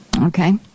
Okay